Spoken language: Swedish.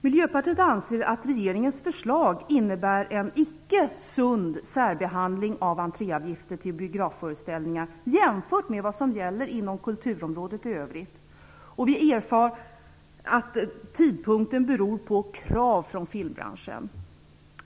Miljöpartiet anser att regeringens förslag innebär en icke sund särbehandling av entréavgifter till biografföreställningar jämfört med vad som gäller inom kulturområdet i övrigt. Vi erfar att tidpunkten beror på krav från filmbranschen.